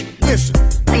Listen